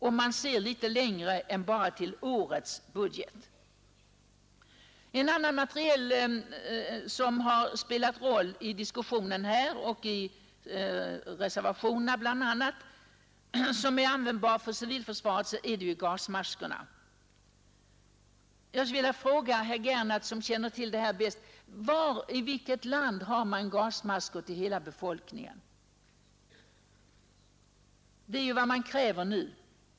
En annan utrustningsdetalj inom civilförsvaret som har spelat en roll i diskussionen och även i reservationerna är gasmaskerna. Jag vill fråga herr Gernandt, som väl känner till detta bäst: I vilket land har man gasmasker till hela befolkningen? Det är vad man nu kräver här.